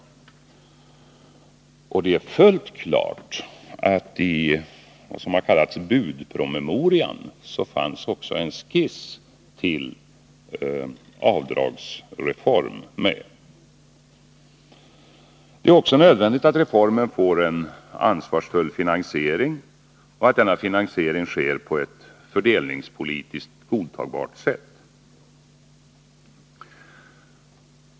Och det är fullt klart att i vad som har kallats budpromemorian fanns också en skiss till avdragsreform med. Det är också nödvändigt att reformen får en ansvarsfull finansiering och att den sker på ett fördelningspolitiskt godtagbart sätt.